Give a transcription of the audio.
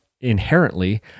inherently